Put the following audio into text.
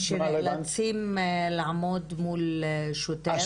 שנאלצים לעמוד מול שוטר.